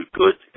good